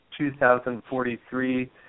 2043